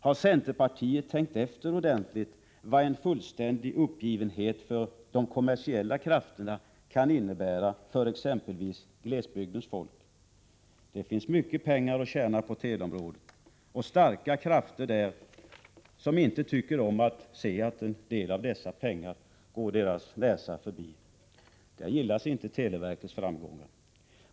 Har centerpartiet tänkt efter ordentligt vad en fullständig uppgivenhet för de kommersiella krafterna kan innebära för exempelvis glesbygdens folk? Det finns mycket pengar att tjäna på teleområdet och starka krafter där som inte tycker om att se att en del av dessa pengar går deras näsa förbi. Där gillas inte televerkets framgångar.